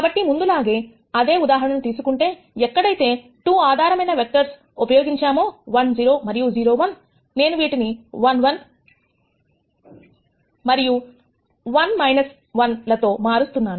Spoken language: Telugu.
కాబట్టి ముందులాగే అదే ఉదాహరణగా తీసుకుంటే ఎక్కడైతే 2 ఆధారమైన వెక్టర్స్ ఉపయోగించామో 1 0 మరియు 0 1 నేను వీటిని 1 1 మరియు 1 1 లతో మారుస్తున్నాను